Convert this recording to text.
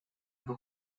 его